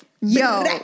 Yo